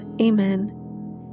Amen